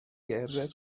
gerdded